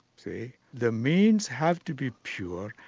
the the means have to be pure,